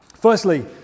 Firstly